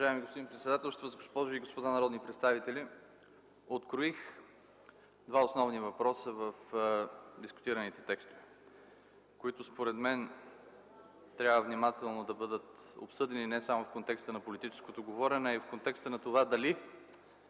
Уважаеми господин председателстващ, госпожи и господа народни представители! Откроих два основни въпроса в дискутираните текстове, които според мен трябва внимателно да бъдат обсъдени не само в контекста на политическото говорене, а и в контекста на това дали